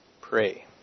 pray